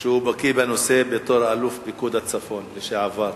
שהוא בקי בנושא בתור אלוף פיקוד הצפון לשעבר.